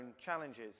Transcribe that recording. challenges